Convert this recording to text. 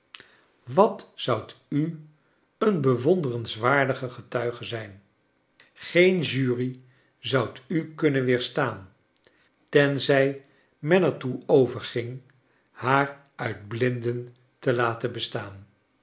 wat zoudt u een bewonderenswaardige getuige zijn green jury zou u kunnen weerstaan tenzij men er toe overging haar uit blinden te laten bestaan